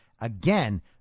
Again